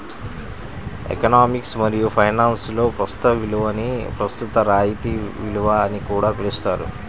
economics మరియు ఫైనాన్స్లో ప్రస్తుత విలువని ప్రస్తుత రాయితీ విలువ అని కూడా పిలుస్తారు